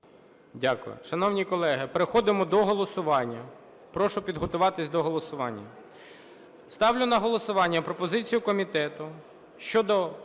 Дякую. Шановні колеги, переходимо до голосування. Прошу підготуватись до голосування. Ставлю на голосування пропозицію комітету щодо